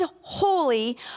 holy